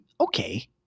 Okay